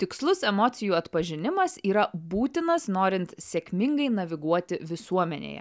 tikslus emocijų atpažinimas yra būtinas norint sėkmingai naviguoti visuomenėje